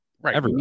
Right